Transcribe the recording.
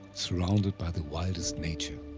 surrounded by the wildest nature.